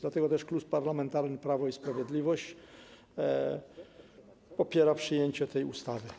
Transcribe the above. Dlatego Klub Parlamentarny Prawo i Sprawiedliwość popiera przyjęcie tej ustawy.